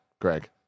Greg